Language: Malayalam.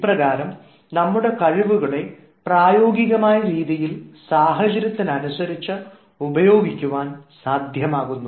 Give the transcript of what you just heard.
ഇപ്രകാരം നമ്മുടെ കഴിവുകളെ പ്രായോഗികമായ രീതിയിൽ സാഹചര്യത്തിനനുസരിച്ച് ഉപയോഗിക്കുവാൻ സാധ്യമാകുന്നു